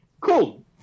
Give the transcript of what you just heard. Cool